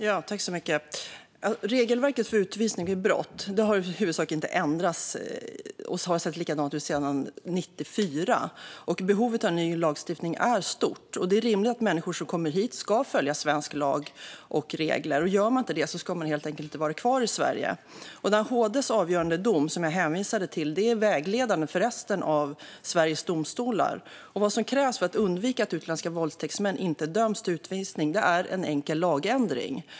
Herr talman! Regelverket för utvisning vid brott har sett likadant ut sedan 1994. Behovet av ny lagstiftning är stort. Det är rimligt att människor som kommer hit ska följa svenska lagar och regler. Gör man inte det ska man helt enkelt inte vara kvar i Sverige. HD:s avgörande dom, som jag hänvisade till, är vägledande för resten av Sveriges domstolar. Vad som krävs för att undvika att utländska våldtäktsmän inte döms till utvisning är en enkel lagändring.